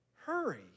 hurry